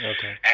Okay